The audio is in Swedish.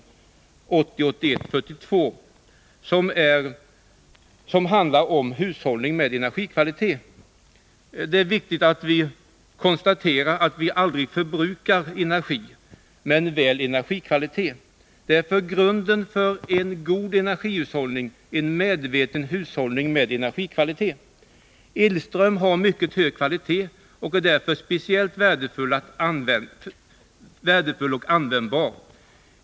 Låt mig något kommentera den nämnda motionen som handlar om hushållning med energikvalitet. Det är viktigt att vi konstaterar att vi aldrig förbrukar energi men väl energikvalitet. Därför är grunden för en god energihushållning en medveten hushållning med energikvalitet. Elström har en mycket hög kvalitet och är därför speciellt värdefull och användbar.